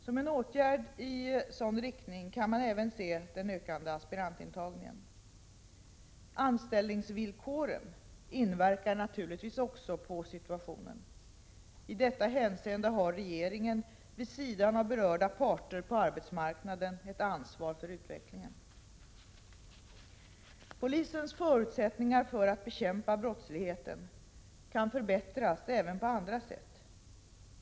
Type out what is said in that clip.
Som en åtgärd i sådan riktning kan man även se den ökade aspirantantagningen. Anställningsvillkoren inverkar naturligtvis också på situationen. I detta hänseende har regeringen vid sidan av berörda parter på arbetsmarknaden ett ansvar för utvecklingen. Polisens förutsättningar för att bekämpa brottsligheten kan förbättras även på andra sätt.